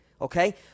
Okay